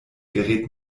gerät